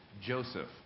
Joseph